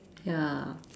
ya